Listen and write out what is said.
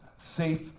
safe